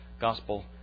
gospel